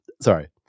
sorry